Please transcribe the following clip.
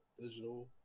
digital